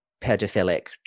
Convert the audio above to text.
pedophilic